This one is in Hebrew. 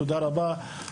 תודה רבה.